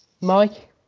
Mike